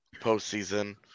postseason